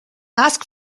ask